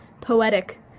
poetic